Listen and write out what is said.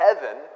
heaven